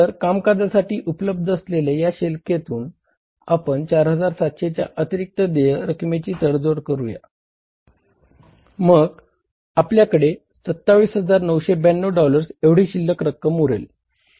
तर कामकाजासाठी उपलब्ध असलेल्या या शिल्लकातून आपण 4700 च्या अतिरिक्त देय रकमेची तडजोड करूया मग आपल्याकडे 27992 डॉलर्स एवढी शिल्लक रक्कम उरेल